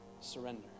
Surrender